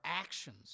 actions